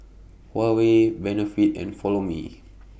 Huawei Benefit and Follow Me